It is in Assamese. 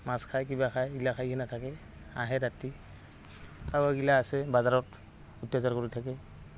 মাছ খায় কিবা খায় এইগিলা খাই কিনে থাকে আহে ৰাতি কাউৰগিলা আছে বাজাৰত অত্য়াচাৰ কৰি থাকে